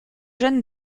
jeune